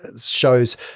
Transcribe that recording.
shows